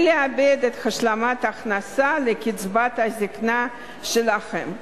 לאבד את השלמת ההכנסה לקצבת הזיקנה שלהם.